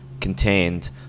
contained